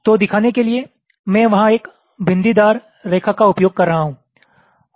तो दिखाने के लिये मैं वहां एक बिंदीदार रेखा का उपयोग कर रहा हूं